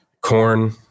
corn